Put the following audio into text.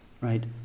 right